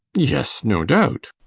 yes, no doubt